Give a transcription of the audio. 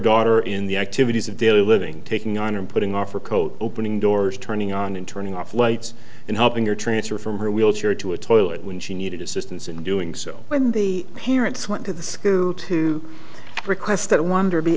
daughter in the activities of daily living taking honor and putting off her coat opening doors turning on and turning off lights and helping her transfer from her wheelchair to a toilet when she needed assistance in doing so when the parents went to the school to request that wander be